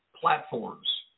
platforms